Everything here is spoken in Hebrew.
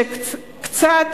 שקצת